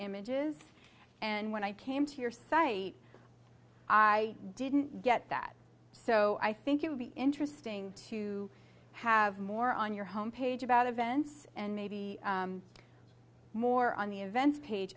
images and when i came to your site i didn't get that so i think it would be interesting to have more on your home page about events and maybe more on the event page